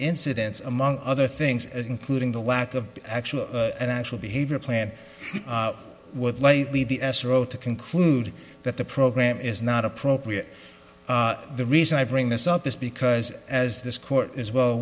incidents among other things as including the lack of actual and actual behavior planned what lately the s r o to conclude that the program is not appropriate the reason i bring this up is because as this court is well